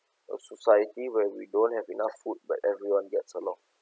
a society where we don't have enough food but everyone gets along